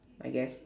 I guess